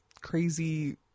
crazy